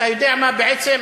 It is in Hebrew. אתה יודע מה, בעצם?